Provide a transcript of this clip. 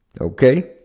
Okay